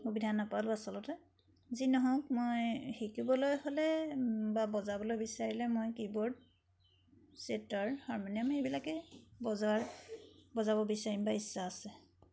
সুবিধা নাপালোঁ আচলতে যি নহওক মই শিকিবলৈ হ'লে বা বজাবলৈ বিছাৰিলে মই কিবৰ্ড চেতাৰ হাৰমনিয়াম সেইবিলাকেই বজাৰ বজাব বিচাৰিম বা ইচ্ছা আছে